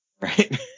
right